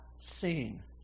seen